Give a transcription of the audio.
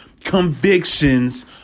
convictions